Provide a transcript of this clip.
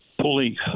police